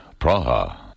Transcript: Praha